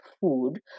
food